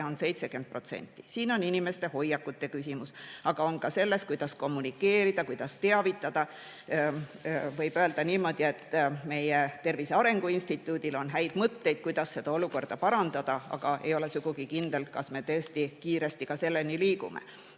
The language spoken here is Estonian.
on 70%. Siin on inimeste hoiakute küsimus, aga ka see, kuidas kommunikeerida, kuidas teavitada. Võib öelda niimoodi, et meie Tervise Arengu Instituudil on häid mõtteid, kuidas seda olukorda parandada, aga ei ole sugugi kindel, kas me tõesti selleni ka kiiresti liigume.